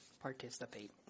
participate